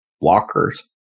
Walkers